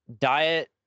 Diet